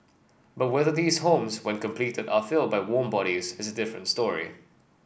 but whether these homes when completed are filled by warm bodies is a different story